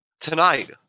Tonight